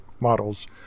models